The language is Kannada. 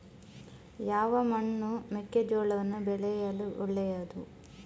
ಯಾವ ಮಣ್ಣು ಮೆಕ್ಕೆಜೋಳವನ್ನು ಬೆಳೆಯಲು ಒಳ್ಳೆಯದು?